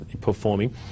performing